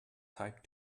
type